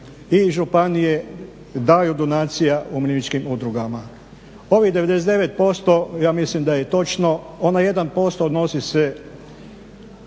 i županije daju donacija umirovljeničkim udrugama. Ovih 99% ja mislim da je i točno, onaj 1% odnosi se